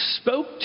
spoke